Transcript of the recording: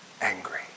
angry